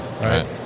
Right